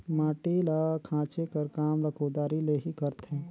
माटी ल खाचे कर काम ल कुदारी ले ही करथे